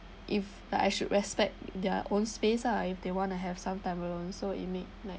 if I should respect their own space ah if they want to have some time alone so it make like